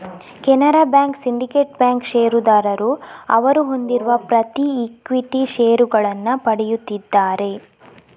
Canara bank, syndicate bank ಷೇರುದಾರರು ಅವರು ಹೊಂದಿರುವ ಪ್ರತಿ ಈಕ್ವಿಟಿ ಷೇರುಗಳನ್ನು ಪಡೆಯುತ್ತಿದ್ದಾರೆ